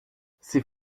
c’est